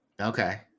Okay